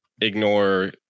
ignore